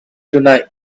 tonight